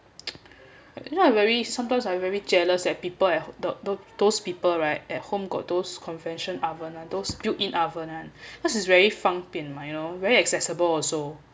you know I very sometimes I very jealous at people at tho~ those people right at home got those convention oven ah those built in oven [one] because it's very 方便：fang bian mah you know very accessible also